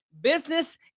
business